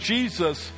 Jesus